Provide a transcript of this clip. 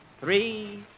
three